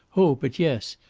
oh, but yes.